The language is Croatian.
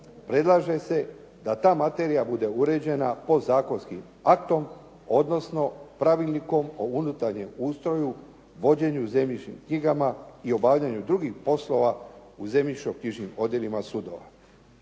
predlaže se da ta materija bude uređena podzakonskim aktom, odnosno Pravilnikom o unutarnjem ustroju, vođenjem zemljišnim knjigama i obavljanju drugih poslova u zemljišno-knjižnim odjelima sudova.